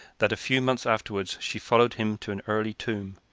that a few months afterward she followed him to an early tomb,